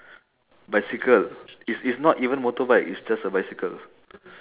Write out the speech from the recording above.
bicycle is is not even motorbike is just a bicycle